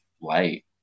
light